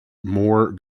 more